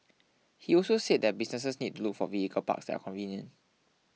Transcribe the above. he also said that businesses need to look for vehicle parks that are convenient